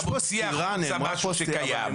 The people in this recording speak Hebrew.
אתה מוציא החוצה משהו שקיים.